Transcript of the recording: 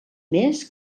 més